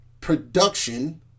production